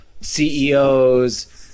CEOs